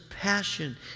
passion